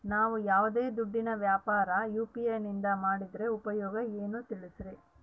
ನಾವು ಯಾವ್ದೇ ದುಡ್ಡಿನ ವ್ಯವಹಾರ ಯು.ಪಿ.ಐ ನಿಂದ ಮಾಡಿದ್ರೆ ಉಪಯೋಗ ಏನು ತಿಳಿಸ್ರಿ?